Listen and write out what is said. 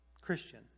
Christian